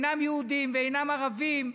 יהודים וערבים,